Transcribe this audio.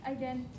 Again